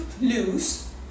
lose